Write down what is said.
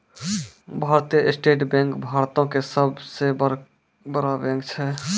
भारतीय State Bank भारतो के सभ से बड़ा बैंक छै